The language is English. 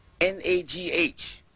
N-A-G-H